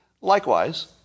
Likewise